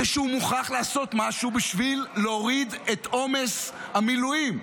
היא שהוא מוכרח לעשות משהו בשביל להוריד את עומס המילואים.